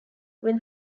when